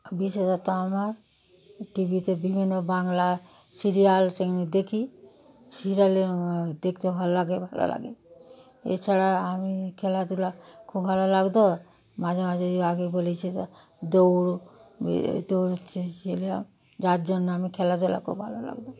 বিশেষত আমার টি ভিতে বিভিন্ন বাংলা সিরিয়াল সেগুলো দেখি সিরিয়াল এ দেখতে ভাল লাগে ভালো লাগে এছাড়া আমি খেলাধুলা খুব ভালো লাগত মাঝে মাঝে আগে বলেছি তো দৌড় ওই ওই দৌড়েছিলাম যার জন্য আমি খেলাধুলা খুব ভালো লাগত